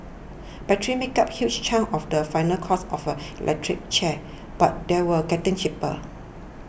batteries make up a huge chunk of the final cost of an electric car but they are getting cheaper